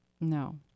No